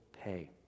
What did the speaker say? pay